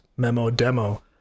memo-demo